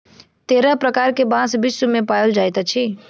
तेरह प्रकार के बांस विश्व मे पाओल जाइत अछि